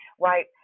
right